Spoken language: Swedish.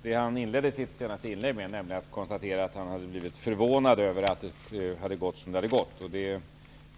Herr talman! Hans Karlsson inledde sin senaste replik med att konstatera att han hade blivit förvånad över att det hade gått som det hade gått. Det